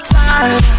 time